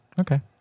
Okay